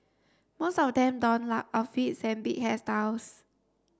most of them donned loud outfits and big hairstyles